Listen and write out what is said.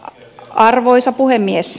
arvoisa puhemies